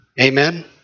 Amen